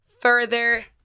further